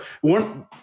one